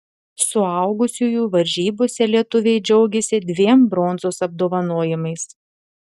suaugusiųjų varžybose lietuviai džiaugėsi dviem bronzos apdovanojimais